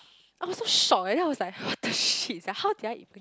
I was so shocked eh then I was like what the shit sia how did I